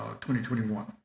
2021